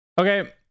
Okay